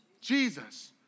Jesus